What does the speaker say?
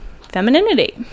femininity